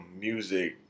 music